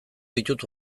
ditut